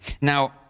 Now